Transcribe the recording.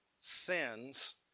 sins